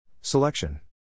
Selection